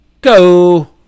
Go